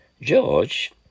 George